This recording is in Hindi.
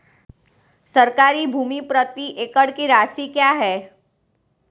सरकारी भूमि प्रति एकड़ की राशि क्या है?